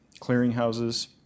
clearinghouses